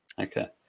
Okay